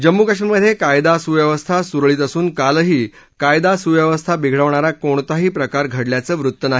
जम्मू कश्मीरमधे कायदा सुव्यवस्था सुरळीत असून कालही कायदा सुव्यवस्था बिघडवणारा कोणताही प्रकार घडल्याचं वृत्त नाही